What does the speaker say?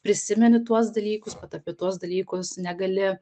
prisimeni tuos dalykus vat apie tuos dalykus negali